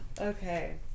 okay